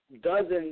dozens